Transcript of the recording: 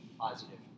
positive